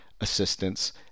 assistance